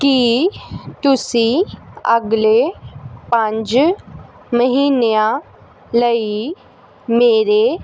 ਕੀ ਤੁਸੀਂ ਅਗਲੇ ਪੰਜ ਮਹੀਨਿਆਂ ਲਈ ਮੇਰੇ